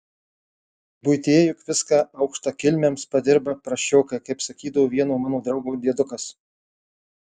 buityje juk viską aukštakilmiams padirba prasčiokai kaip sakydavo vieno mano draugo diedukas